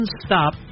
stop